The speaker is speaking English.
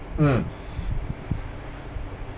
mm